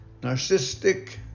narcissistic